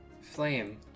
flame